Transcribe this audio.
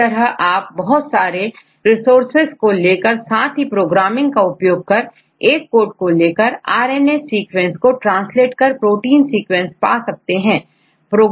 एक तरह आप बहुत सारे रिसोर्सेज को लेकर साथ ही प्रोग्रामिंग का उपयोग कर एक कोड को लेकर आर एन ए सीक्वेंस को ट्रांसलेट कर प्रोटीन सीक्वेंस पाया जा सकता है